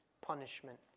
punishment